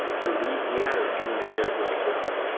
so we we had a strong idea of like, well,